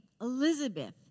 Elizabeth